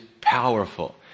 powerful